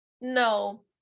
No